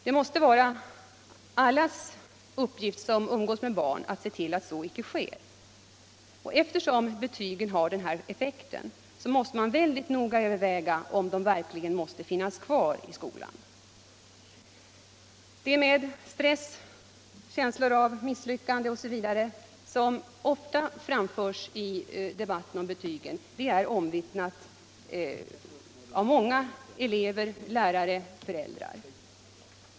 Det måste vara allas uppgift som umgås med barn att se till att så icke sker. Eftersom betygen har den effekten, måste man noga överväga om de verkligen måste finnas kvar i skolan. I debatten om betygen framförs ofta känslorna av stress och miss 93 lyckande. Det är omvittnat av många elever, lärare och föräldrar.